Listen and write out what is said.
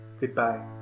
goodbye